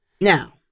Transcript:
Now